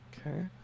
Okay